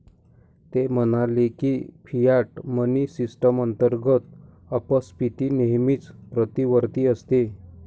ते म्हणाले की, फियाट मनी सिस्टम अंतर्गत अपस्फीती नेहमीच प्रतिवर्ती असते